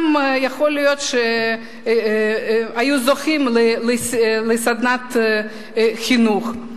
יכול להיות ששם היו זוכים לסדנת חינוך.